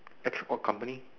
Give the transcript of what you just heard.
ex all company